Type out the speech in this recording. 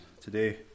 today